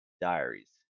diaries